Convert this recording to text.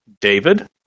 David